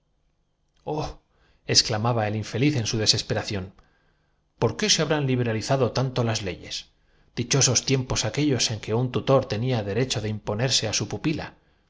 exclamaba el infeliz en su desesperación tad de la testaora y me defiende la curia yo soy una por qué se habran liberalizado tanto las leyes di criada ante escribano chosos tiempos aquellos en que un tutor tenía dere pero en qué se funda para desahuciarme pre cho de imponerse a su pupila